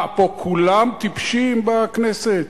מה, פה כולם טיפשים בכנסת?